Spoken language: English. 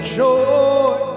joy